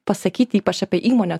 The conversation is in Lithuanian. pasakyt ypač apie įmonę